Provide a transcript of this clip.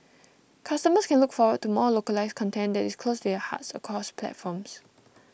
customers can look forward to more localised content that is close to their hearts across platforms